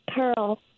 Pearl